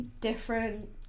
different